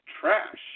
trash